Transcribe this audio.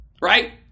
right